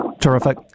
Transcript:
Terrific